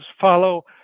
follow